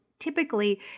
typically